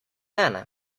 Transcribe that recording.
ene